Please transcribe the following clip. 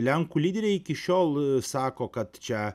lenkų lyderiai iki šiol sako kad čia